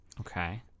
Okay